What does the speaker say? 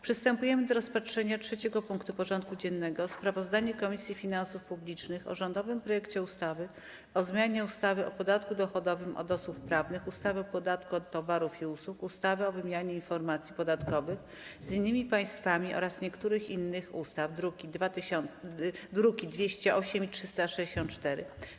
Przystępujemy do rozpatrzenia punktu 3. porządku dziennego: Sprawozdanie Komisji Finansów Publicznych o rządowym projekcie ustawy o zmianie ustawy o podatku dochodowym od osób prawnych, ustawy o podatku od towarów i usług, ustawy o wymianie informacji podatkowych z innymi państwami oraz niektórych innych ustaw (druki nr 208 i 364)